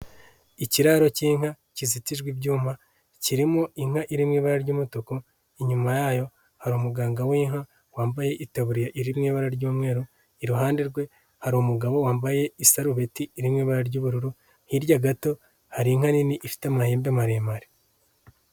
Ikiraro k'inka kizitirwa ibyuma kirimo inka iririmo ibara ry'umutuku, inyuma yayo hari umuganga w'inka wambaye itaburiya iri mu ibara ry'umweru, iruhande rwe hari umugabo wambaye isarubeti iri mu ibara ry'ubururu, hirya gato hari inka nini ifite amahembe maremare.